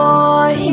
Boy